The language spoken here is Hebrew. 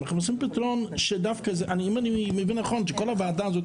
אלא פתרון שכל הוועדה הזאת,